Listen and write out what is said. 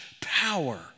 power